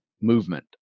movement